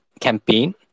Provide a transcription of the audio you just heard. campaign